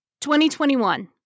2021